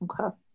Okay